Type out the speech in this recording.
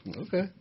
Okay